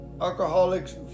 alcoholics